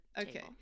Okay